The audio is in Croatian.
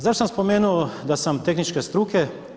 Zašto sam spomenuo da sam tehničke struke?